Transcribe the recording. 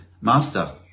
Master